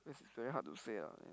this is very hard to say ah